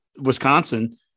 Wisconsin